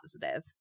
positive